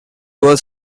was